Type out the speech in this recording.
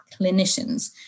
clinicians